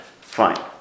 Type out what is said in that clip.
fine